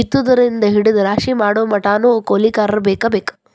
ಬಿತ್ತುದರಿಂದ ಹಿಡದ ರಾಶಿ ಮಾಡುಮಟಾನು ಕೂಲಿಕಾರರ ಬೇಕ ಬೇಕ